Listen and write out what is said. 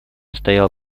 стояла